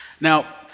Now